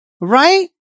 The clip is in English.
right